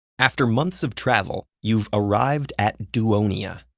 after months of travel, you've arrived at duonia,